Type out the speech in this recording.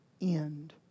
end